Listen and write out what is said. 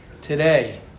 today